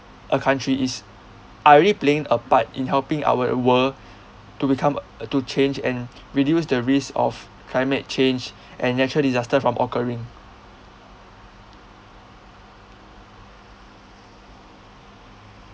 a country is are already playing a part in helping our world to become to change and reduce the risk of climate change and natural disaster from occurring